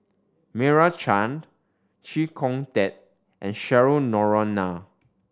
Meira Chand Chee Kong Tet and Cheryl Noronha